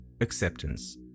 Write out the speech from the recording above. acceptance